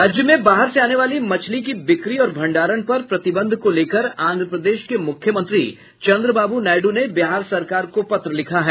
राज्य में बाहर से आने वाली मछली की बिक्री और भंडारण पर प्रतिबंध को लेकर आंध्र प्रदेश को मुख्यमंत्री चंद्रबाबू नायडू ने बिहार सरकार को पत्र लिखा है